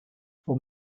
for